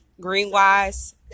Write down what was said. Greenwise